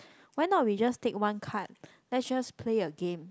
why not we just take one card let's just play a game